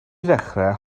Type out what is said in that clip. ddechrau